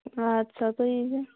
اَدٕ سا تُہۍ یی زیو